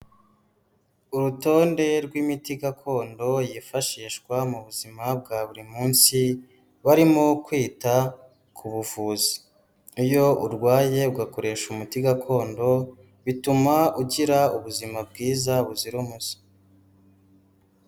Urutonde rw'imiti gakondo yifashishwa mu buzima bwa buri munsi barimo kwita ku buvuzi, iyo urwaye ugakoresha umuti gakondo bituma ugira ubuzima bwiza buzira umuze.